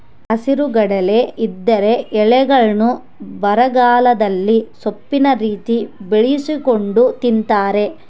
ಹಸಿರುಗಡಲೆ ಇದರ ಎಲೆಗಳ್ನ್ನು ಬರಗಾಲದಲ್ಲಿ ಸೊಪ್ಪಿನ ರೀತಿ ಬೇಯಿಸಿಕೊಂಡು ತಿಂತಾರೆ